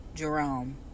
Jerome